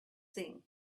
thing